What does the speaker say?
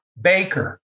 Baker